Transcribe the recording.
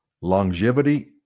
longevity